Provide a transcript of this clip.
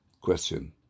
Question